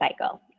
cycle